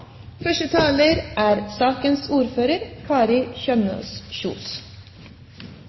Første taler på kveldsmøtet blir Kari Kjønaas Kjos.